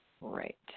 Right